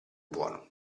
buono